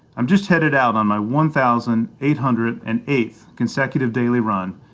i'm just headed out on my one thousand eight hundred and eighth consecutive daily run.